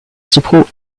support